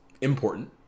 important